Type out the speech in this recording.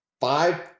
five